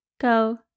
go